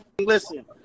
Listen